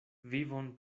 vivon